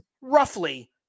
roughly